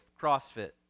CrossFit